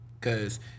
Cause